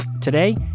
Today